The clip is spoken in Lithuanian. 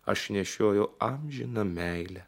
aš nešioju amžiną meilę